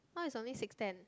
now is only six ten